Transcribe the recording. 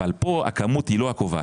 אבל פה הכמות היא לא הקובעת,